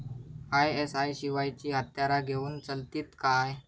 ISI शिवायची हत्यारा घेऊन चलतीत काय?